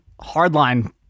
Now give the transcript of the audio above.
hardline